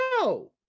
No